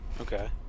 Okay